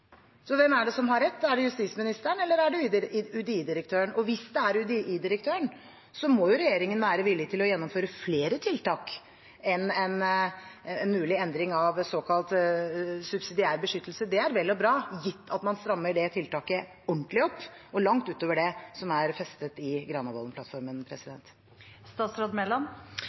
Så hvem er det som har rett? Er det justisministeren, eller er det UDI-direktøren? Hvis det er UDI-direktøren, må regjeringen være villig til å gjennomføre flere tiltak enn en mulig endring av såkalt subsidiær beskyttelse – det er vel og bra gitt at man strammer det tiltaket ordentlig opp og langt utover det som er nedfelt i